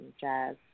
jazz